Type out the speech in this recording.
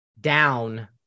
down